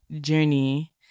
journey